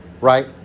right